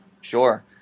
Sure